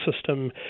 system